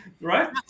Right